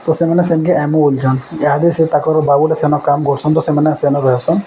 ତ ସେମାନେ ସେନ୍କେ ଆଇମୁ ବୋଲୁଛନ୍ ଏହାଦେ ସେ ତାଙ୍କର ବାବୁକେ ସେନ କାମ କରୁସନ୍ ତ ସେମାନେ ସେନ୍ ରହେସନ୍